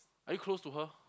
are you close to her